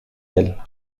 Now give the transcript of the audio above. elle